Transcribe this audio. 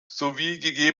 sowie